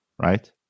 right